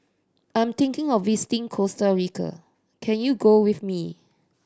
I'm thinking of visiting Costa Rica can you go with me